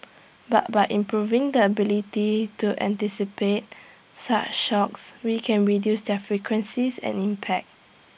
but by improving the ability to anticipate such shocks we can reduce their frequencies and impact